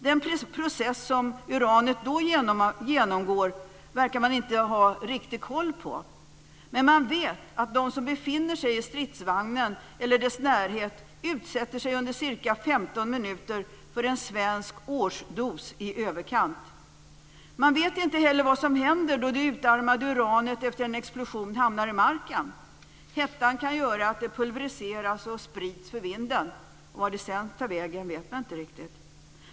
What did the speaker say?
Den process som uranet då genomgår verkar man inte ha någon riktig föreställning om. Man vet dock att de som befinner sig i stridsvagnen eller dess närhet under ca 15 minuter utsätts för en strålning som motsvarar en svensk årsdos i överkant. Man vet inte heller vad som händer då det utarmade uranet efter en explosion hamnar i marken. Hettan kan göra att det pulvriseras och sprids för vinden. Vart det sedan tar vägen vet man inte riktigt.